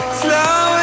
slow